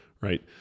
right